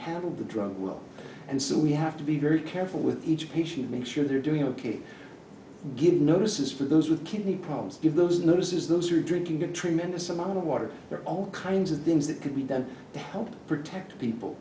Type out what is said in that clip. handle the drug well and so we have to be very careful with each patient make sure they're doing ok good notices for those with kidney problems give those notices those are drinking a tremendous amount of water there are all kinds of things that could be done to help protect people